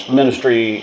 ministry